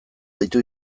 deitu